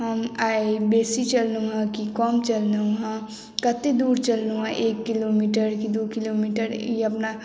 हम आइ बेसी चललौहँ कि कम चललौहँ कते दूर चललौहँ एक किलोमीटर कि दू किलोमीटर ई अपना